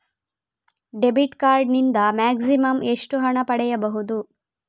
Debit card ನಿಂದ maximum ಎಷ್ಟು ಹಣ ಪಡೆಯಬಹುದು?